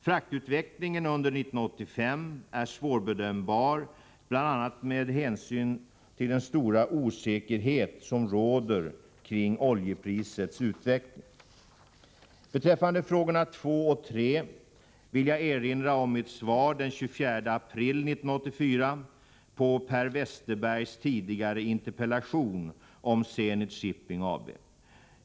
Fraktutvecklingen under år 1985 är svårbedömbar, bl.a. med hänsyn till den stora osäkerhet som råder kring oljeprisets utveckling. Beträffande frågorna två och tre vill jag erinra om mitt svar den 24 april 1984 på Per Westerbergs tidigare interpellation om Zenit Shipping AB.